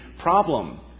problem